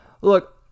Look